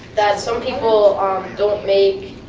that some people don't make